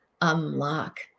unlock